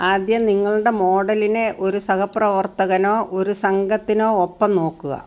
ആദ്യം നിങ്ങളുടെ മോഡലിനെ ഒരു സഹപ്രവർത്തകനോ ഒരു സംഘത്തിനോ ഒപ്പം നോക്കുക